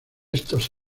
estos